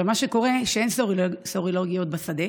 מה שקורה הוא שאין בדיקות סרולוגיות בשדה